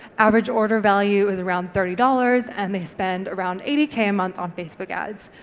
average order value is around thirty dollars and they spend around eighty k a month on facebook ads.